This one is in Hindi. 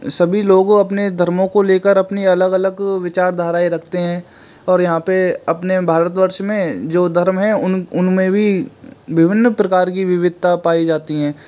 सभी लोगों अपने धर्मों को लेकर अपनी अलग अलग विचारधाराएँ रखते हैं और यहाँ पे अपने भारतवर्ष में जो धर्म हैं उन उनमें भी विभिन्न प्रकार की विविधता पाई जाती हैं